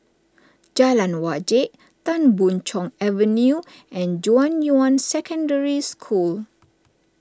Jalan Wajek Tan Boon Chong Avenue and Junyuan Secondary School